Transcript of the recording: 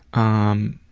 um,